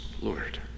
Lord